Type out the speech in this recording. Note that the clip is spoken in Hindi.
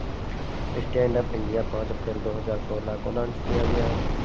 स्टैंडअप इंडिया पांच अप्रैल दो हजार सोलह को लॉन्च किया गया